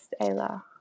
Ayla